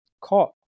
caught